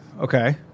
Okay